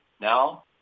now